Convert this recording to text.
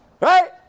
Right